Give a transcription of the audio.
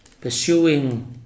Pursuing